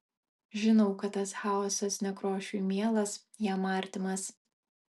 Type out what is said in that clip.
žinau kad tas chaosas nekrošiui mielas jam artimas